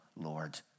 Lord